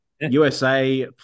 USA